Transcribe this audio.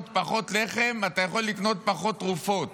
פחות לחם ואתה יכול לקנות פחות תרופות.